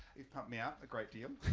you've pumped me up a great deal